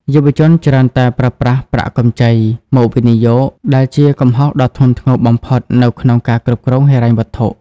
យុវជនច្រើនតែប្រើប្រាស់ "ប្រាក់កម្ចី" មកវិនិយោគ ដែលជាកំហុសដ៏ធ្ងន់ធ្ងរបំផុតនៅក្នុងការគ្រប់គ្រងហិរញ្ញវត្ថុ។